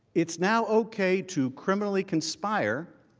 it's now okay to criminally conspire,